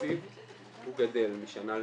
התקציב הוא גדל משנה לשנה.